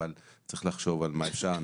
אבל צריך לחשוב על מה שאפשר.